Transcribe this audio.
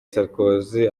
sarkozy